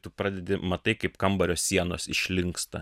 tu pradedi matai kaip kambario sienos išlinksta